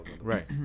Right